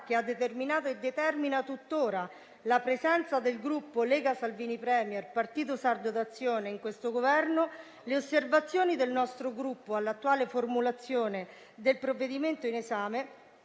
che ha determinato e determina tutt'ora la presenza del Gruppo Lega-Salvini Premier-Partito Sardo d'Azione in questo Governo, le osservazioni del nostro Gruppo all'attuale formulazione del provvedimento in esame